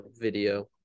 video